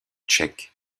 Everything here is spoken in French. tchèque